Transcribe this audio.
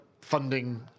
funding